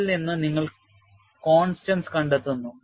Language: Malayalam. അതിൽ നിന്ന് നിങ്ങൾ കോൺസ്റ്റന്റ്സ് കണ്ടെത്തുന്നു